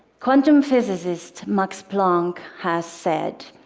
quantum physicist max planck has said,